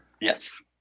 Yes